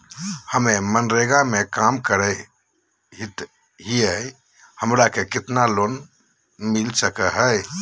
हमे मनरेगा में काम करे हियई, हमरा के कितना लोन मिलता सके हई?